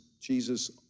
Jesus